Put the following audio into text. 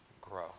grow